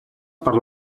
per